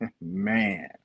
man